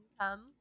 come